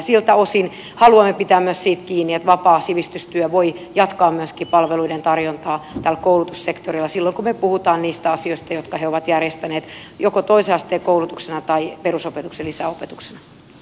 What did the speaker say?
siltä osin haluamme pitää myös siitä kiinni että vapaa sivistystyö voi jatkaa palveluiden tarjontaa tällä koulutussektorilla silloin kun me puhumme niistä asioista jotka he ovat järjestäneet joko toisen asteen koulutuksena tai perusopetuksen lisäopetuksena